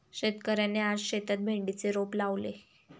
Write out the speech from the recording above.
शेतकऱ्याने आज शेतात भेंडीचे रोप लावले